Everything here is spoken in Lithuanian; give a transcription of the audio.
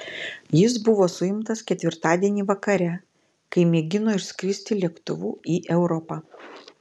jis buvo suimtas ketvirtadienį vakare kai mėgino išskristi lėktuvu į europą